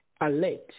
alert